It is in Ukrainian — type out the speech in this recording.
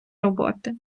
роботи